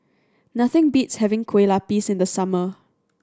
nothing beats having Kueh Lupis in the summer